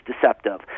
deceptive